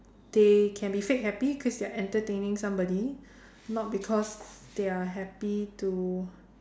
they can be fake happy cause they are entertaining somebody not because they are happy to